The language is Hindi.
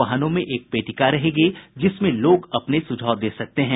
वाहनों में एक पेटिका रहेगी जिसमें लोग अपने सुझाव दे सकेंगे